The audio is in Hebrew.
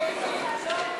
לשנת התקציב 2015,